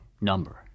number